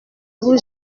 vous